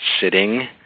sitting